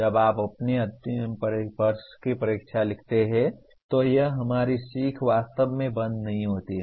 जब आप अपनी अंतिम वर्ष की परीक्षा लिखते हैं तो यह हमारी सीख वास्तव में बंद नहीं होती है